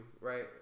right